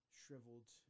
shriveled